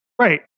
Right